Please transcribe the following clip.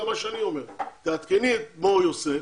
תעדכני את מור-יוסף